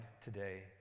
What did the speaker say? today